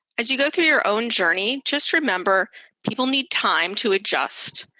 as you go through your own journey, just remember people need time to adjust.